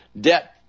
debt